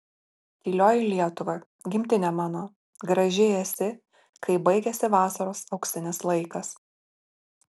tylioji lietuva gimtine mano graži esi kai baigiasi vasaros auksinis laikas